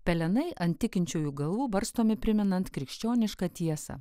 pelenai ant tikinčiųjų galvų barstomi primenant krikščionišką tiesą